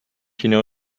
know